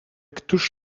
któż